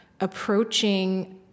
approaching